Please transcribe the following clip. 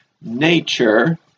nature